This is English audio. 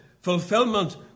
fulfillment